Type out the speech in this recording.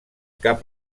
cap